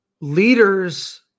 Leaders